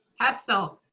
hessle.